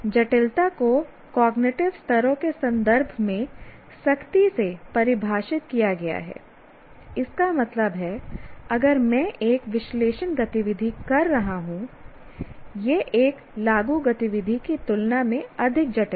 जटिलता को कॉग्निटिव स्तरों के संदर्भ में सख्ती से परिभाषित किया गया है इसका मतलब है अगर मैं एक विश्लेषण गतिविधि कर रहा हूं यह एक लागू गतिविधि की तुलना में अधिक जटिल है